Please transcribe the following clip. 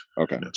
Okay